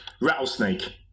rattlesnake